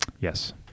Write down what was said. Yes